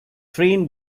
train